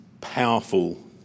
powerful